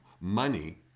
money